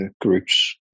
groups